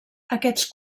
aquests